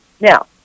Now